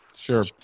Sure